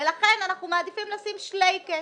ולכן אנחנו מעדיפים לשים שלייקס,